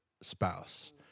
spouse